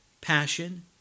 passion